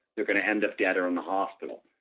they are going to end up dead or in the hospital.